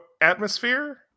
Atmosphere